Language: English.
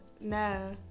no